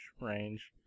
range